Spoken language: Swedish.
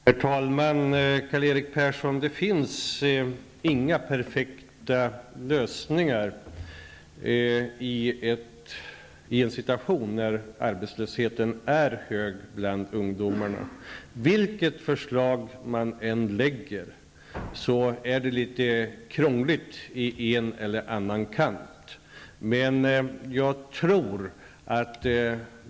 Herr talman! Det finns inga perfekta lösningar, Karl-Erik Persson, i en situation när arbetslösheten är hög bland ungdomarna. Vilket förslag man än lägger fram så blir det litet krångligt på ett eller annat sätt.